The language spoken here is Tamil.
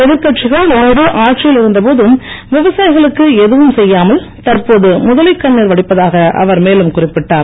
எதிர்கட்சிகள் முன்பு ஆட்சியில் இருந்த போது விவசாயிகளுக்கு எதுவும் செய்யாமல் தற்போது முதலை கண்ணீர் வடிப்பதாக அவர் மேலும் குறிப்பிட்டார்